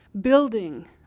building